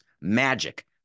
Magic